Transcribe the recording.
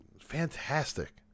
Fantastic